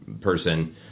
person